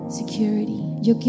security